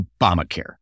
Obamacare